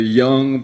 young